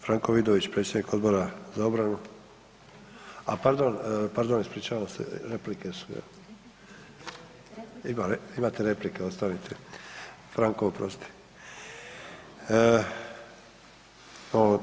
Franko Vidović, predsjednik Odbora za obranu, a pardon, pardon, ispričavam se, replike su, jel?, imate replike, ostanite, Franko oprosti.